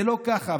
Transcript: זה לא כך.